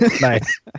Nice